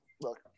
look